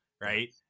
right